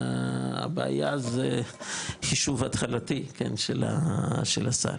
הבעיה זה חישוב התחלתי של הסל,